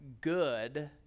good